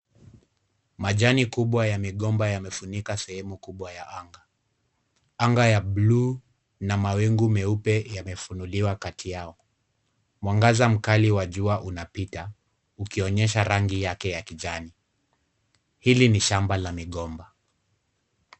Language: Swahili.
Majani kubwa ya migomba yamefunika sehemu kubwa ya anga. Anga ya buluu na mawingu meupe yamefunuliwa kati yao. Mwangaza mkali wa jua unapita ukionyesha rangi yake ya kijani. Hili ni shamba la migomba.